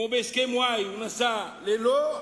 כמו בהסכם-וואי, הוא נסע ללא,